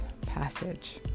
passage